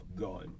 gone